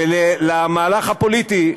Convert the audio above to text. ולמהלך הפוליטי,